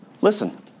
Listen